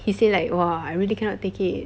he said like !wah! I really cannot take it